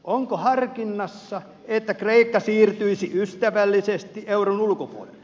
onko harkinnassa että kreikka siirtyisi ystävällisesti euron ulkopuolelle